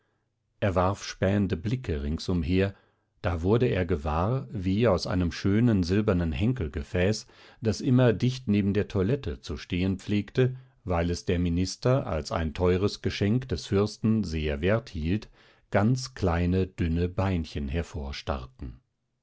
er warf spähende blicke rings umher da wurde er gewahr wie aus einem schönen silbernen henkelgefäß das immer dicht neben der toilette zu stehen pflegte weil es der minister als ein teures geschenk des fürsten sehr wert hielt ganz kleine dünne beinchen